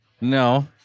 No